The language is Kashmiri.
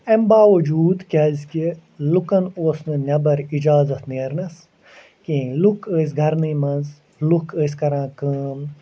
اَمہِ باوُجوٗد کیٛازِ کہِ لُکن اوس نہٕ نٮ۪بر اِجازت نیرنس کِہیٖنۍ لُکھ ٲسۍ گرنٕے منٛز لُکھ ٲسۍ کَران کٲم